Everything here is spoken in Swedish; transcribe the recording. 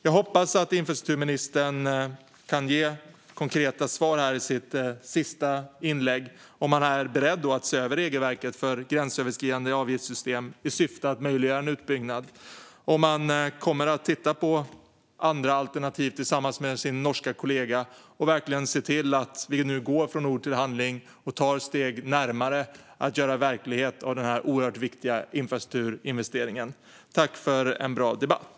Jag hoppas att infrastrukturministern i sitt sista inlägg kan ge konkreta svar på om han är beredd att se över regelverket för gränsöverskridande avgiftssystem i syfte att möjliggöra en utbyggnad. Kommer han att titta på andra alternativ tillsammans med sin norska kollega och verkligen se till att vi går från ord till handling och tar steg närmare att göra verklighet av den oerhört viktiga infrastrukturinvesteringen? Jag tackar för en bra debatt.